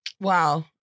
Wow